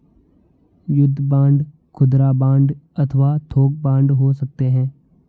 युद्ध बांड खुदरा बांड अथवा थोक बांड हो सकते हैं